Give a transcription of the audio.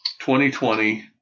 2020